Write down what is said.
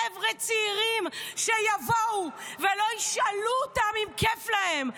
חבר'ה צעירים שיבואו ולא ישאלו אותם אם כיף להם,